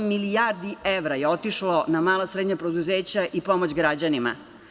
Osam milijardi evra je otišlo na mala i srednja preduzeća i pomoć građanima.